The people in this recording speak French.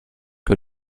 que